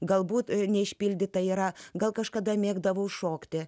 galbūt neišpildytą yra gal kažkada mėgdavau šokti